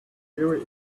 theory